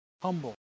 Humble